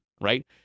right